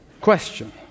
Question